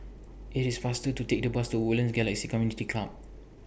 IT IS faster to Take The Bus to Woodlands Galaxy Community Club